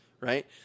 right